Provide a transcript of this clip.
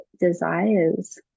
desires